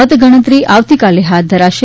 મતગણતર આવતીકાલે હાથ ધરાશે